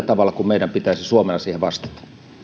tavalla kuin meidän pitäisi suomena siihen vastata